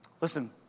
Listen